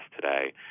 today